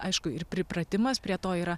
aišku ir pripratimas prie to yra